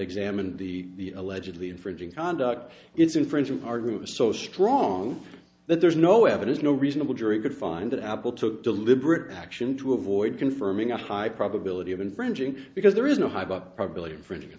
examined the allegedly infringing conduct it's infringing our group was so strong that there's no evidence no reasonable jury could find that apple took deliberate action to avoid confirming a high probability of infringing because there is no hype about probability infringement